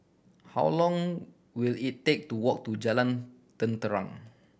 how long will it take to walk to Jalan Terentang